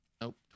Nope